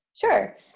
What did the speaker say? Sure